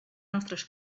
nostres